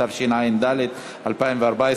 התשע"ד 2014,